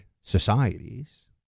societies